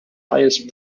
highest